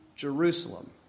Jerusalem